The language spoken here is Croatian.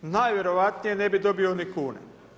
Najvjerojatnije ne bi dobio ni kune.